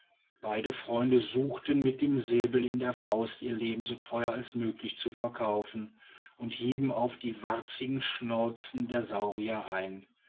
beide freunde suchten mit den säbeln in der faust ihr leben so teuer als möglich zu verkaufen und hieben auf die warzigen schnauzen der saurier ein